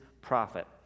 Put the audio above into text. prophet